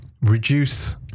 Reduce